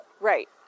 Right